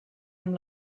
amb